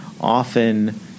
often